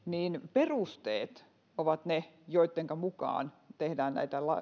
perusteet ovat ne joittenka mukaan tehdään näitä